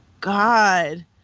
god